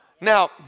Now